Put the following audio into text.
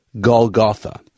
Golgotha